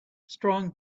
strong